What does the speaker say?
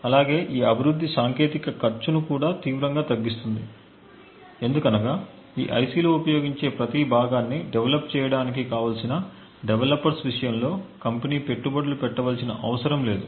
అలాగే ఈ అభివృద్ధి సాంకేతికత ఖర్చును కూడా తీవ్రంగా తగ్గిస్తుంది ఎందుకంటే ఆ ఐసిలో ఉపయోగించే ప్రతి భాగాన్ని డెవలప్ చేయడానికి కావాల్సిన డెవలపర్స్ విషయంలో కంపెనీ పెట్టుబడులు పెట్టవలసిన అవసరం లేదు